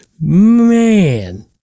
man